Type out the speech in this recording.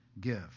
give